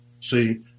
See